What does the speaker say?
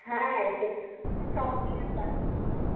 হ্যাঁ সেটার সব জিনিস